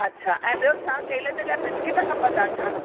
अछा ऐं ॿियो छा तेल जे लाइ बिस्किट खपंदा छा